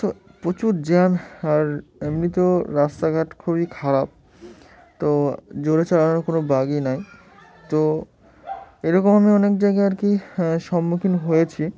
তো প্রচুর জ্যাম আর এমনি তো রাস্তাঘাট খুবই খারাপ তো জোরে চালানোর কোনো বাগই নাই তো এরকম আমি অনেক জায়গায় আর কি সম্মুখীন হয়েছি